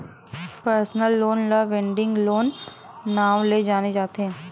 personal loan ल wedding loan के नांव ले जाने जाथे